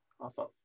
Awesome